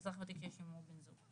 אזרח ותיק שיש עמו בן זוג.